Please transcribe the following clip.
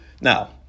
Now